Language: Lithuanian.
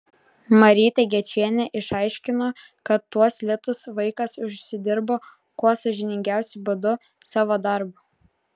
marytė gečienė išaiškino kad tuos litus vaikas užsidirbo kuo sąžiningiausiu būdu savo darbu